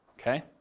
okay